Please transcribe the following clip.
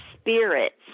spirits